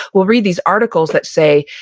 we'll read these articles that say,